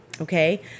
okay